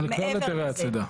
על כל היתרי הצידה.